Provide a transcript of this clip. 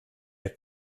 der